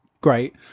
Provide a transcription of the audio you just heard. great